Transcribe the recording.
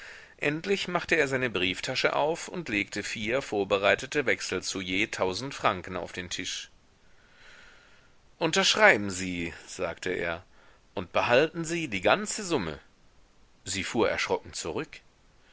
endlich machte er seine brieftasche auf und legte vier vorbereitete wechsel zu je tausend franken auf den tisch unterschreiben sie sagte er und behalten sie die ganze summe sie fuhr erschrocken zurück